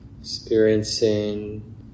experiencing